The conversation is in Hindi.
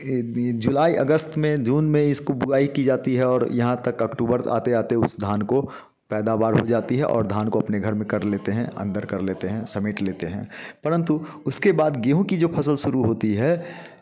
जुलाई अगस्त में जून में इसको बुआई की जाती है और यहाँ तक अक्टूबर आते आते उसे धान को पैदावार हो जाती है और धान को अपने घर में कर लेते हैं अंदर कर लेते हैं समेट लेते हैं